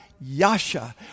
Yasha